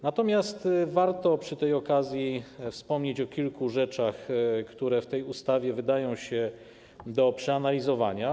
Natomiast warto przy tej okazji wspomnieć o kilku rzeczach, które w tej ustawie wydają się nadawać do przeanalizowania.